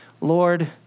Lord